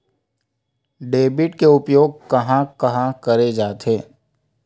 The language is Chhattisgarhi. डेबिट के उपयोग कहां कहा करे जाथे?